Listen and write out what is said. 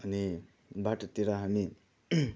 अनि बाटोतिर हामी